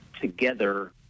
together